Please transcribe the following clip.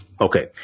Okay